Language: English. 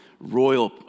Royal